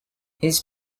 his